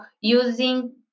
using